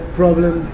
problem